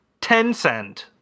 Tencent